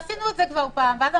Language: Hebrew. עשינו את זה כבר פעם.